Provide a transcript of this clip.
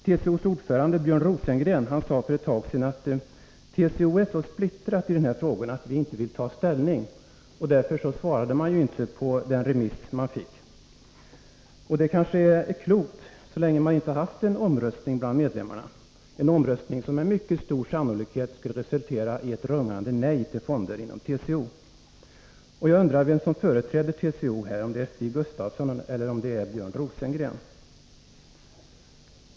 TCO:s ordförande Björn Rosengren sade för ett tag sedan att TCO är så splittrat i denna fråga att man inte vill ta ställning. Därför svarade man inte på den remiss man fick. Det kanske är klokt, så länge man inte haft en omröstning bland medlemmarna — en omröstning som med mycket stor sannolikhet skulle resultera i ett rungande nej till fonder. Jag undrar vem som företräder TCO här, om det är Stig Gustafsson eller Björn Rosengren.